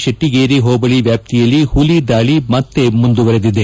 ಶೆಟ್ಟಿಗೇರಿ ಹೋಬಳಿ ವ್ಯಾಪ್ತಿಯಲ್ಲಿ ಹುಲಿ ದಾಳಿ ಮತ್ತೆ ಮುಂದುವರಿದಿದೆ